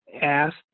asked